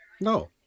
No